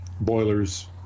boilers